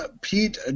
Pete